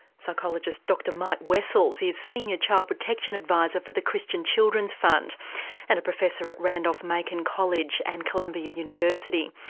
psychologist dr mike wessells is senior child protection adviser for the christian children's fund and a professor at randolph-macon college and columbia university.